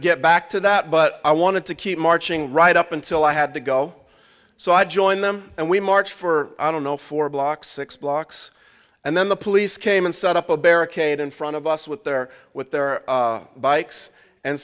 get back to that but i wanted to keep marching right up until i had to go so i joined them and we marched for i don't know four blocks six blocks and then the police came and set up a barricade in front of us with their with their bikes and